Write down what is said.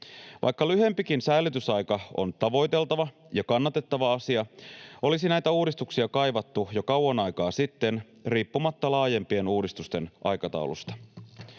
Vaikka lyhyempikin säilytysaika on tavoiteltava ja kannatettava asia, olisi näitä uudistuksia kaivattu jo kauan aikaa sitten riippumatta laajempien uudistusten aikataulusta.